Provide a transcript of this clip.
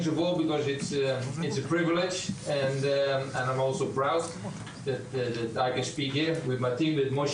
זו זכות עבורי ואני גאה שאני יכול לדבר בדיון הזה ביחד עם הצוות שלי,